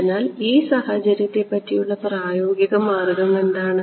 അതിനാൽ ഈ സാഹചര്യത്തെപ്പറ്റിയുള്ള പ്രായോഗിക മാർഗം എന്താണ്